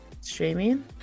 Streaming